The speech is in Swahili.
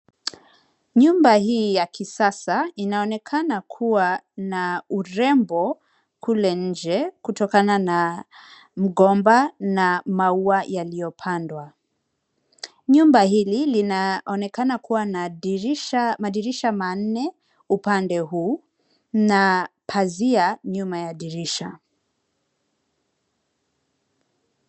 Nyumba hii ya kisasa inaonekana kuwa urembo kule nje kutokana na mgomba na maua yaliyopandwa. Nyumba hili linaonekana kuwa na madirisha manne upande huu na pazia nyuma ya dirisha.